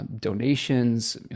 donations